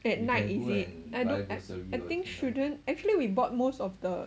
at night is it I don't I I think shouldn't actually we bought most of the